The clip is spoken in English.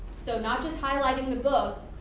so not just high lighting the book,